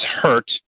hurt